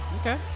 Okay